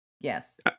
Yes